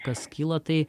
kas kyla tai